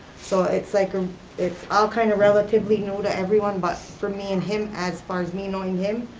so it's like ah it's all kind of relatively new to everyone, but for me and him, as far as me knowing him,